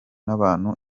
n’abantu